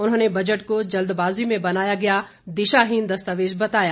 उन्होंने बजट को जल्दबाजी में बनाया गया दिशाहीन दस्तावेज बताया